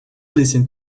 listen